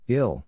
Ill